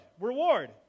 Reward